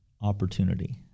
opportunity